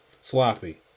sloppy